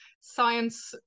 Science